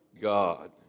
God